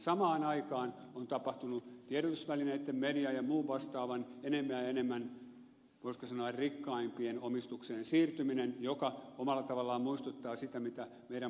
samaan aikaan on tapahtunut tiedotusvälineitten median ja muun vastaavan enemmän ja enemmän voisiko sanoa rikkaimpien omistukseen siirtyminen mikä omalla tavallaan muistuttaa sitä mitä meidän puolueistamme sdp tekee